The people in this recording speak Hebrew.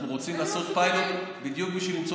אנחנו רוצים לעשות פיילוט בדיוק בשביל למצוא